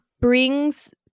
brings